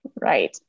Right